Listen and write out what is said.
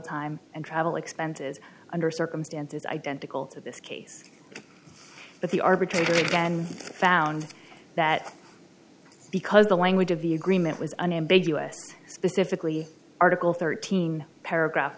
time and travel expenses under circumstances identical to this case but the arbitrator again found that because the language of the agreement was unambiguous specifically article thirteen paragraph